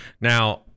Now